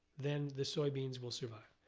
then the soybeans will survive.